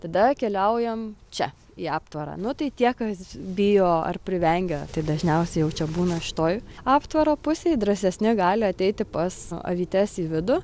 tada keliaujam čia į aptvarą nu tai tie kas bijo ar privengia tai dažniausiai jau čia būna šitoj aptvaro pusėj drąsesni gali ateiti pas avytes į vidų